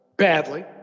Badly